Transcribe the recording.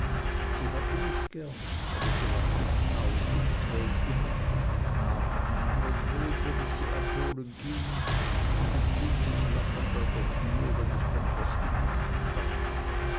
sie hatte mich gern aber lachte mich aus und quälte mich nahm einen andern weg wenn ich sie abholen ging und empfing mich lachend an der tür wenn ich dann verstimmt heimkam